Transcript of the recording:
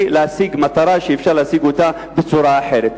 להשיג מטרה שאפשר להשיג אותה בצורה אחרת?